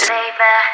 Baby